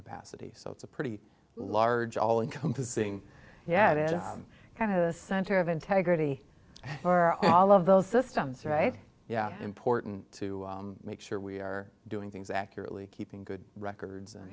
capacity so it's a pretty large all encompassing yet it kind of the center of integrity for all of those systems right yeah important to make sure we are doing things accurately keeping good records